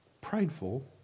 prideful